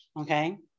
Okay